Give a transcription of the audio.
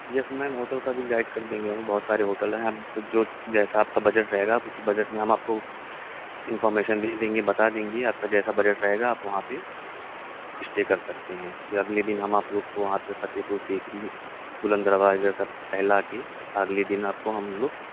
یس ma'am hotel کا بھی گنجائش کر دیں گے اور بہت سارے ہوٹل ہیں تو جو جیسا آپ کا بجٹ رہے گا اس بجٹ میں ہم آپ کو انفارمیشن لکھ دیں گے بتا دیں گے آپ کا جیسا بجٹ رہے گا آپ وہاں پہ اسٹے کر سکتے ہیں پھر اگلے دن ہم آپ لوگ وہاں سے فتح پور سیکری بلند دروازہ سب ٹہلا کے اگلے دن آپ کو ہم لوگ